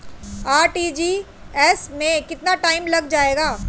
RTGS में कितना time लग जाएगा?